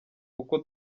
kuko